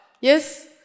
Yes